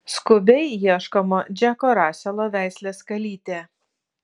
skubiai ieškoma džeko raselo veislės kalytė